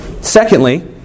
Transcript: Secondly